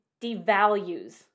devalues